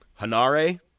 Hanare